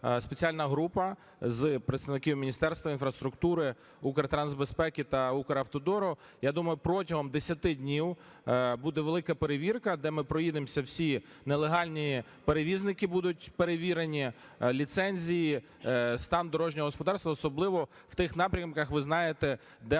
спеціальна група з представників Міністерства інфраструктури, Укртрансбезпеки та Укравтодору. Я думаю, протягом 10 днів буде велика перевірка, де ми проїдемося, всі нелегальні перевізники будуть перевірені, ліцензії, стан дорожнього господарства, особливо в тих напрямках, ви знаєте, де в